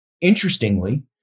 interestingly